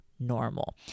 normal